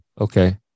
okay